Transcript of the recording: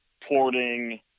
porting